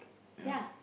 ya